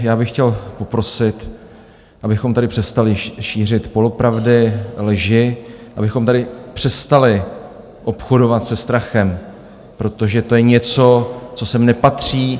Já bych chtěl poprosit, abychom tady přestali šířit polopravdy, lži, abychom tady přestali obchodovat se strachem, protože to je něco, co sem nepatří.